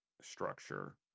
structure